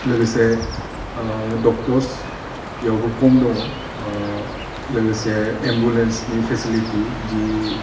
लोगोसे डक्टर्स बेयावबो खम दङ अह लोगोसे एम्बुलेन्सनि फेसिलिटि जि